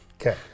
Okay